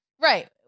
Right